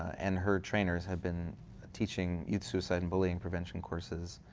and her trainers, have been teaching youth suicide and bullying prevention courses,